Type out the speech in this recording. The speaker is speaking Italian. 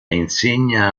insegna